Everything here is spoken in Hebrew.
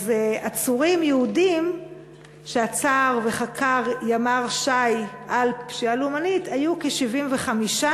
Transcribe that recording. אז עצורים יהודים שעצר וחקר ימ"ר ש"י על פשיעה לאומנית היו כ-75,